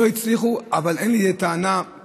לא הצליחו, אבל אין לי טענה ספציפית.